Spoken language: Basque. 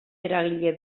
eragile